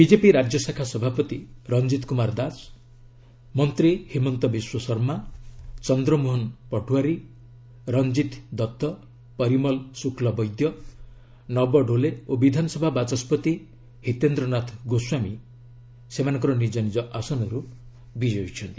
BJP ରାଜ୍ୟ ଶାଖା ସଭାପତି ରଞ୍ଜିତ କୁମାର ଦାସ ମନ୍ତ୍ରୀ ହିମନ୍ତ ବିଶ୍ୱଶର୍ମା ଚନ୍ଦ୍ରମୋହନ ପଟୁଆରି ରଞ୍ଜିତ ଦତ୍ତ ପରିମଲ ଶୁକ୍ଲବୈଦ୍ୟ ନବ ଡୋଲେ ଓ ବିଧାନସଭା ବାଚସ୍କତି ହିତେନ୍ଦ୍ର ନାଥ ଗୋସ୍ୱାମୀ ବିଜୟୀ ହୋଇଛନ୍ତି